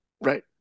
Right